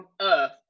earth